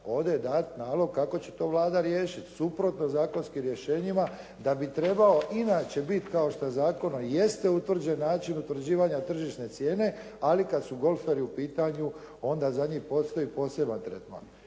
je dat nalog kako će to Valda riješiti. Suprotno zakonskim rješenjima da bi trebao inače biti kao što i zakonom jeste utvrđen način utvrđivanja tržišne cijene, ali kada su golferi u pitanju, onda za njih postoji poseban tretman.